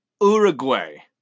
Uruguay